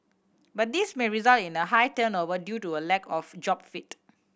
but this may result in a high turnover due to a lack of job fit